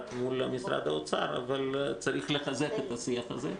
עם משרד האוצר אבל צריך לחזק את השיח הזה.